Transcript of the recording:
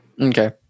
Okay